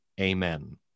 Amen